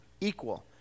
equal